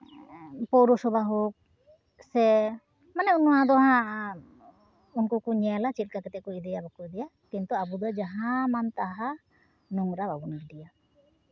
ᱯᱳᱨᱚᱥᱚᱵᱷᱟ ᱦᱳᱠ ᱥᱮ ᱢᱟᱱᱮ ᱚᱱᱟ ᱫᱚ ᱦᱟᱸᱜ ᱩᱱᱠᱩ ᱠᱚ ᱧᱮᱞᱟ ᱪᱮᱫ ᱞᱮᱠᱟ ᱠᱟᱛᱮᱫ ᱠᱚ ᱤᱫᱤᱭᱟ ᱵᱟᱠᱚ ᱤᱫᱤᱭᱟ ᱠᱤᱱᱛᱩ ᱟᱵᱚ ᱫᱚ ᱡᱟᱦᱟᱸ ᱢᱟᱱ ᱛᱟᱦᱟᱸ ᱱᱳᱝᱨᱟ ᱵᱟᱵᱚᱱ ᱜᱤᱰᱤᱭᱟ